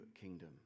kingdom